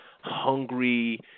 hungry